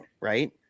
right